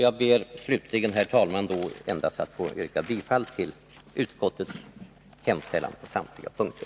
Jag ber slutligen, herr talman, endast att få yrka bifall till utskottets hemställan på samtliga punkter.